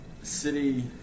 City